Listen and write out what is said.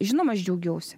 žinoma aš džiaugiausi